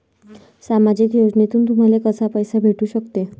सामाजिक योजनेतून तुम्हाले कसा पैसा भेटू सकते?